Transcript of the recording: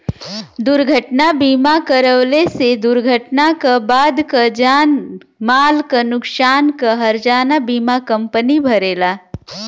दुर्घटना बीमा करवले से दुर्घटना क बाद क जान माल क नुकसान क हर्जाना बीमा कम्पनी भरेला